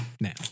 now